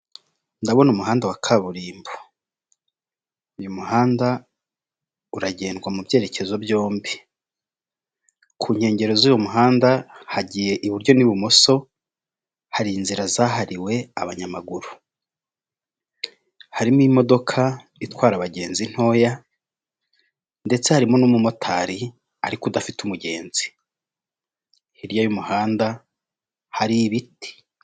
Ni inote z'amadorali hano harimo amadorari ijana muri izi note hariho n'ibiceri, harimo n'inote za magana atanu z'amayero n'inote ya mirongo itanu y'amayero.